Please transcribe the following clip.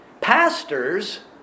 pastors